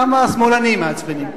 למה השמאלנים מעצבנים.